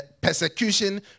persecution